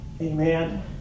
Amen